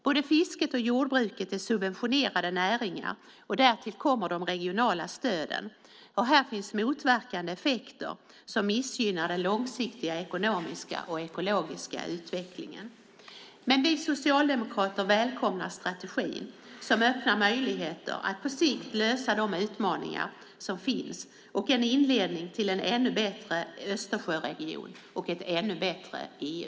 Både fisket och jordbruket är subventionerade näringar, och därtill kommer de regionala stöden. Här finns motverkande effekter som missgynnar den långsiktiga ekonomiska och ekologiska utvecklingen. Men vi socialdemokrater välkomnar strategin som öppnar möjligheter att på sikt lösa de utmaningar som finns och ge en inledning till en ännu bättre Östersjöregion och ett ännu bättre EU.